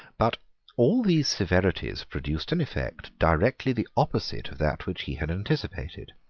but all these severities produced an effect directly the opposite of that which he had anticipated.